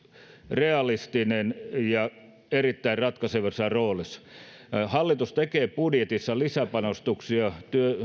realistinen ja erittäin ratkaisevassa roolissa hallitus tekee budjetissa lisäpanostuksia